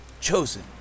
Chosen